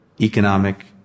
economic